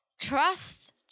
Trust